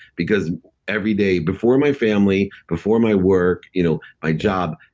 because every day before my family, before my work, you know my job,